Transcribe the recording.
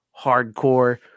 hardcore